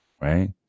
Right